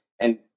And-